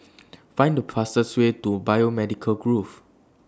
Find The fastest Way to Biomedical Grove